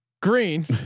Green